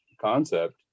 concept